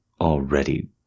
already